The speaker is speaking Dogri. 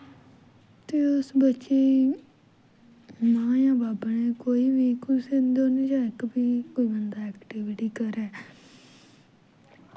ते उस बच्चे गी मां जा बब्ब ने कोई बी कुसै चा इक बी कोई बंदा ऐक्टिविटी करै